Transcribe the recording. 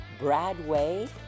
Bradway